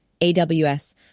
AWS